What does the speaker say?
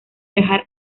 viajar